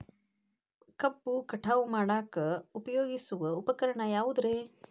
ಕಬ್ಬು ಕಟಾವು ಮಾಡಾಕ ಉಪಯೋಗಿಸುವ ಉಪಕರಣ ಯಾವುದರೇ?